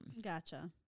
Gotcha